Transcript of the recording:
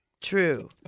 True